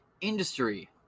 Industry